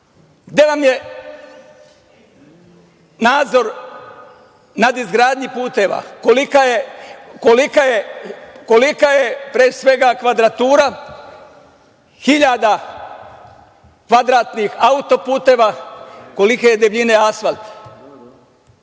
vam je nadzor nad izgradnjom puteva? Kolika je, pre svega, kvadratura hiljada kvadratnih auto-puteva, kolike je debljine asfalt,